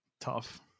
Tough